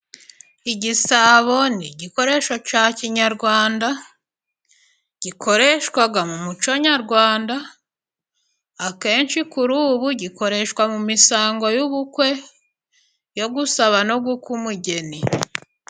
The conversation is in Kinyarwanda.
Igisabo ni igikoresho cya kinyarwanda, gikoreshwa mu muco nyarwanda, akenshi kuri ubu gikoreshwa mu misango y'ubukwe yo gusaba no gukwa umugeni.